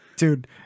Dude